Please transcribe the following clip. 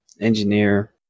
Engineer